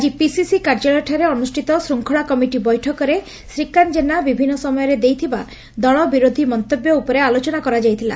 ଆକି ପିସିସି କାର୍ଯ୍ୟାଳୟଠାରେ ଅନୁଷ୍ବିତ ଶୂଙ୍ଖଳା କମିଟି ବୈଠକରେ ଶ୍ରୀକାନ୍ତ ଜେନା ବିଭିନ୍ତ ସମୟରେ ଦେଇଥିବା ଦଳ ବିରୋଧୀ ମନ୍ତବ୍ୟ ଉପରେ ଆଲୋଚନା କରାଯାଇଥିଲା